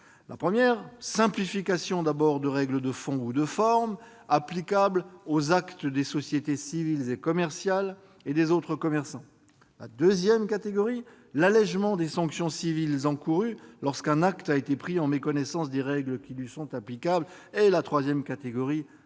: premièrement, la simplification de règles de fond ou de forme applicables aux actes des sociétés civiles et commerciales et des autres commerçants ; deuxièmement, l'allégement des sanctions civiles encourues lorsqu'un acte a été pris en méconnaissance des règles qui lui sont applicables ; troisièmement, la